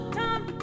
time